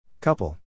Couple